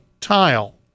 tile